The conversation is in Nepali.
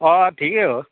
ठिकै हो